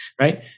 right